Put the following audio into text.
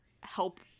help